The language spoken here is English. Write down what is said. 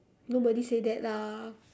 nobody say that lah